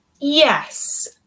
Yes